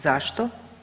Zašto?